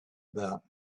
about